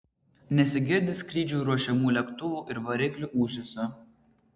nesigirdi skrydžiui ruošiamų lėktuvų ir variklių ūžesio